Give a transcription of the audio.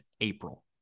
April